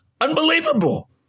Unbelievable